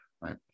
Right